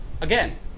Again